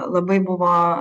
labai buvo